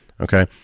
Okay